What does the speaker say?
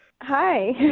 hi